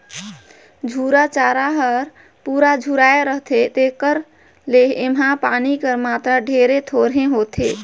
झूरा चारा हर पूरा झुराए रहथे तेकर ले एम्हां पानी कर मातरा ढेरे थोरहें होथे